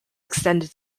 extended